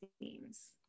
themes